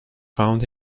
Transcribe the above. found